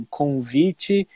convite